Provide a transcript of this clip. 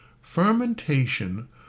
Fermentation